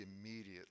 immediately